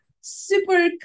super